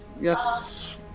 Yes